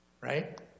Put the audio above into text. right